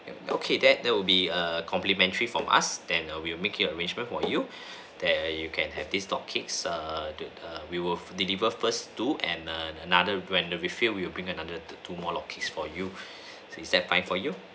okay then there will be a complimentary from us then will make it arrangement for you there you can have these log cakes err err we will deliver first two and err another when you refill we'll bring another two more log cakes for you is that fine for you